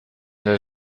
der